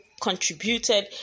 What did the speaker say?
contributed